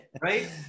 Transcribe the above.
right